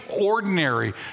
ordinary